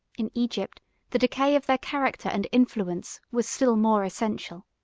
in egypt the decay of their character and influence was still more essential.